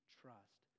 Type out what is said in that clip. trust